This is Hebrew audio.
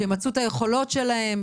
שימצו את היכולות שלהם.